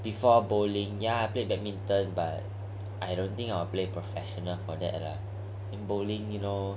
before bowling ya I played badminton but I don't think I'll play professional for that lah bowling ya know